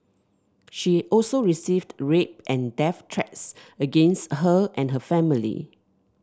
she also received rape and death threats against her and her family